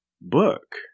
book